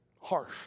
harsh